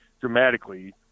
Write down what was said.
dramatically